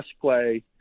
play